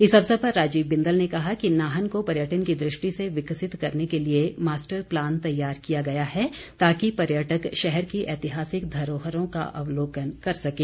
इस अवसर पर राजीव बिंदल ने कहा कि नाहन को पर्यटन की दृष्टि से विकसित करने के लिए मास्टर प्लान तैयार किया गया है ताकि पर्यटक शहर की ऐतिहासिक धरोहरों का अवलोकन कर सकें